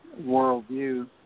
worldview